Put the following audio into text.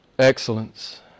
excellence